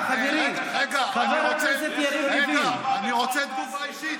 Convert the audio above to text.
רגע, אני רוצה תגובה אישית,